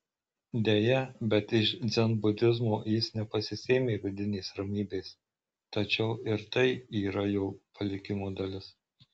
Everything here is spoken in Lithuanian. deja bet iš dzenbudizmo jis nepasisėmė vidinės ramybės tačiau ir tai yra jo palikimo dalis